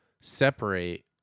separate